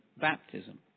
baptism